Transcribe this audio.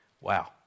Wow